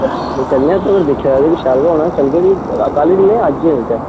चलने आं फिर दिक्खेआ ते शैल के होना फ्ही कल चलने आं अज्ज ही चलचै